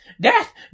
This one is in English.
Death